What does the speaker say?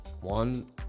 one